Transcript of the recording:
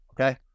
Okay